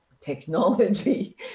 technology